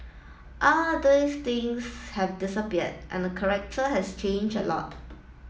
all those things have disappeared and the collector has changed a lot